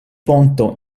ponto